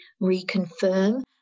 reconfirm